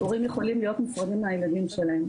הורים יכולים להיות מופרדים מהילדים שלהם,